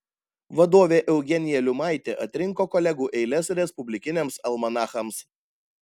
vadovė eugenija liumaitė atrinko kolegų eiles respublikiniams almanachams